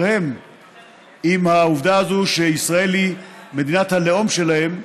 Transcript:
הם עם העובדה שישראל היא מדינת הלאום שלהם.